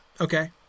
Okay